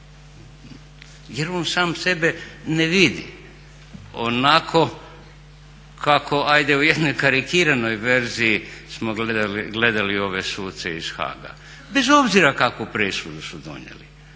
Jer on sam sebe ne vidi onako kako hajde u jednoj karikiranoj verziji smo gledali ove suce iz Haaga, bez obzira kakvu presudu su donijeli.